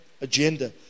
agenda